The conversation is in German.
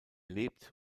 lebt